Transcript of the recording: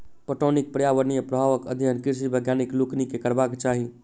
पटौनीक पर्यावरणीय प्रभावक अध्ययन कृषि वैज्ञानिक लोकनि के करबाक चाही